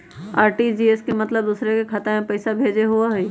RTGS के मतलब दूसरे के खाता में पईसा भेजे होअ हई?